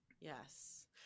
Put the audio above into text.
Yes